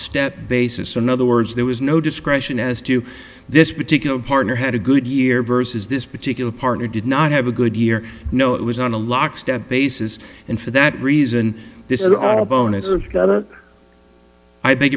lockstep basis on other words there was no discretion as to this particular partner had a good year versus this particular partner did not have a good year no it was on a lockstep basis and for that reason this i